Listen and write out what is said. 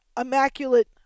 Immaculate